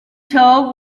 told